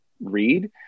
read